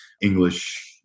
English